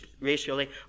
racially